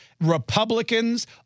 Republicans